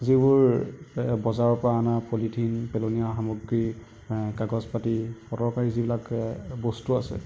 যিবোৰ এ বজাৰৰ পৰা অনা পলিথিন পেলনীয়া সামগ্ৰী কাগজ পাতি অদৰকাৰী যিবিলাক বস্তু আছে